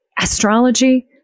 astrology